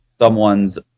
someone's